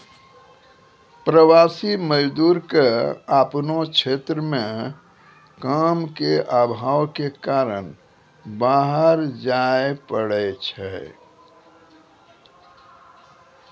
प्रवासी मजदूर क आपनो क्षेत्र म काम के आभाव कॅ कारन बाहर जाय पड़ै छै